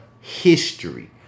history